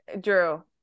Drew